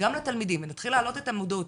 גם לתלמידים ונתחיל להעלות את המודעות,